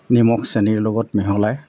নিমখ চেনীৰ লগত মিহলাই